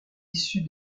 issu